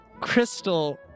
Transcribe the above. Crystal